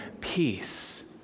peace